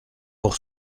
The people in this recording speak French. pour